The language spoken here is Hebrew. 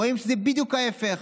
רואים שזה בדיוק ההפך.